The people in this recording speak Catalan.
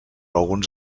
alguns